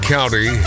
County